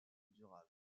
durable